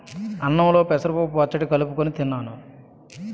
అన్నంలో పెసరపప్పు పచ్చడి కలుపుకొని తిన్నాను